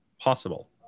possible